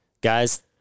guys